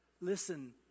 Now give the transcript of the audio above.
Listen